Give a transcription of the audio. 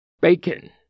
Bacon